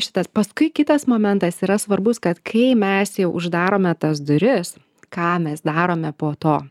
šitas paskui kitas momentas yra svarbus kad kai mes jau uždarome tas duris ką mes darome po to